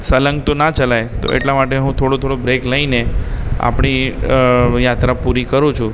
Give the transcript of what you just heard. સળંગ તો ના ચલાવાય તો એટલા માટે હું થોડું થોડું બ્રેક લઈને આપણી યાત્રા પૂરી કરું છું